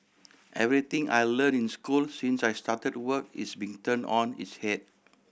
everything I learnt in school since I started work is being turned on its head